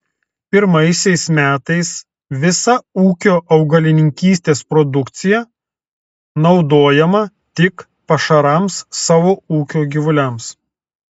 pirmaisiais metais visa ūkio augalininkystės produkcija naudojama tik pašarams savo ūkio gyvuliams